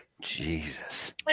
Jesus